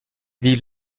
vie